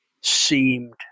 seemed